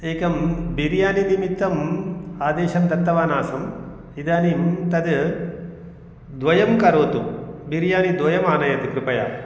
एकं बिरियानि निमित्तं आदेशं दत्तवानासम् इदानीं तत् द्वयं करोतु बिरियानिद्वयं आनयतु कृपया